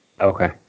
Okay